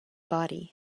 body